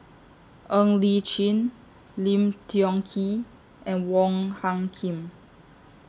Ng Li Chin Lim Tiong Ghee and Wong Hung Khim